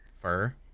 fur